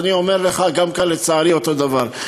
אז אני אומר לך, גם כאן, לצערי, אותו דבר.